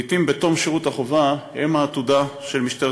לעתים בתום שירות החובה הם העתודה של משטרת